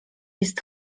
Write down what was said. jest